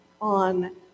on